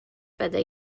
بده